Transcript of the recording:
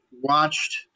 watched